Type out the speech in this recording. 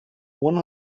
one